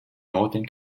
northern